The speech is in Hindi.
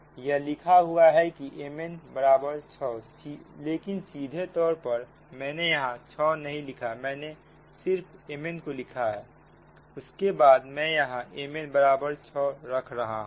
यह लिखा हुआ है कि mn बराबर 6 लेकिन सीधे तौर पर मैंने यहां 6 नहीं लिखा है मैंने सिर्फ m n को लिखा है उसके बाद मैं यहां mn बराबर 6 रख रहा हूं